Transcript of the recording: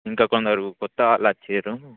ఇంకా కొందరు క్రొత్త వాళ్ళు వచ్చారు